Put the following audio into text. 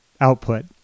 output